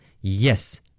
Yes